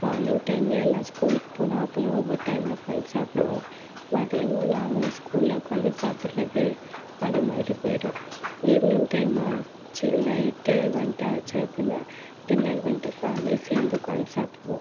morning டைமில் எல்லாம் ஸ்கூலுக்குப் போனோம் அப்புடினா ஒவ்வொரு டைமில் உட்காந்து சாப்புடுவோம் மதியமும் நாங்கள் ஸ்கூலில் உட்காந்து சாப்புடுறது அதை மாதிரி போயிடும் ஈவினிங் டைம் ஆச்சு நைட்டு வந்துட்டு ஆச்சு அப்படின்னால் டின்னர் வந்துட்டு ஃபேமிலியாக சேர்ந்து உட்காந்து சாப்பிடுவோம்